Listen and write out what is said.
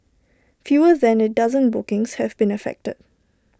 fewer than A dozen bookings have been affected